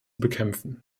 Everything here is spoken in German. bekämpfen